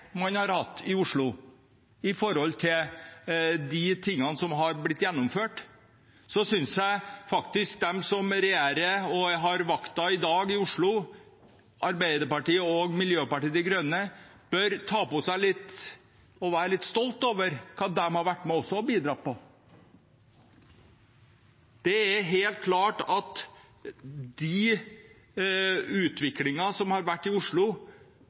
Oslo med tanke på de tingene som har blitt gjennomført, synes jeg faktisk at de som regjerer og har makten i Oslo i dag, Arbeiderpartiet og Miljøpartiet De Grønne, bør være litt stolte over det også de har vært med på å bidra til. Det er helt klart at den utviklingen som har vært i Oslo,